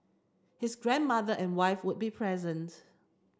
his grandmother and wife would be present